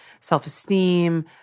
self-esteem